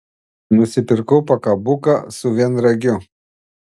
nusipirkau pakabuką su vienragiu